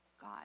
God